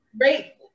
right